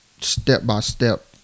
step-by-step